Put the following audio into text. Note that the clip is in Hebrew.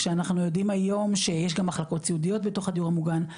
שאנחנו יודעים הכל שיש גם מחלקות סיעודיות בתוך הדיון מוגן,